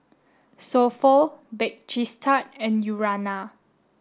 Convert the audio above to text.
So Pho Bake Cheese Tart and Urana